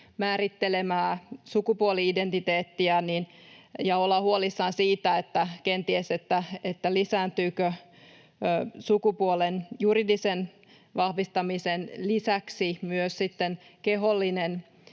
määrittelemää sukupuoli-identiteettiä — lisääntyykö sukupuolen juridisen vahvistamisen lisäksi myös sitten kehollinen